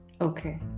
okay